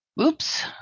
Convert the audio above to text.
Oops